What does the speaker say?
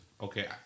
okay